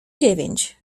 dziewięć